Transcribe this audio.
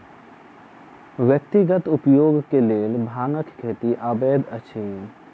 व्यक्तिगत उपयोग के लेल भांगक खेती अवैध अछि